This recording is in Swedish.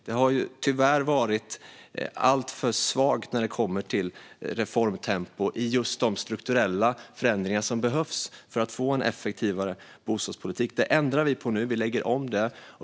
Det har ju tyvärr varit alltför svagt när det kommer till reformtempo i de strukturella förändringar som behövs för att få en effektivare bostadspolitik. Nu ändrar vi på det och lägger om.